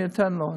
אני אתן לו.